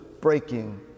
breaking